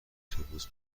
اتوبوس